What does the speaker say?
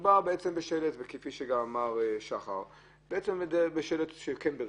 מדובר בשלט, כפי שגם אמר שחר, שהוא כן ברישיון,